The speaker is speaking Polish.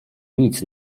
nic